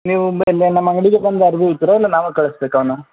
ನೀವು ಮೇಲೆ ನಮ್ಮ ಅಂಗಡಿಗೆ ಬಂದ್ರೂ ಭೀ ಇದ್ದರೆ ಎಲ್ಲ ನಾವೇ ಕಳಿಸ್ಬೇಕ ನಾವು